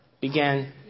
began